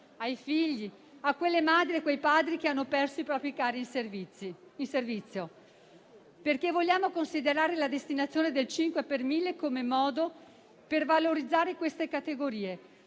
ai figli, a quelle madre e a quei padri che hanno perso i propri cari in servizio; perché vogliamo considerare la destinazione del 5 per mille come modo per valorizzare queste categorie